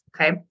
Okay